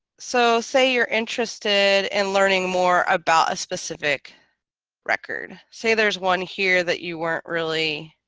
so say you're interested in learning more about a specific record say there's one here that you weren't really